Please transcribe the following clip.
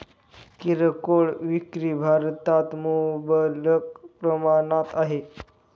किरकोळ विक्री भारतात मुबलक प्रमाणात आहे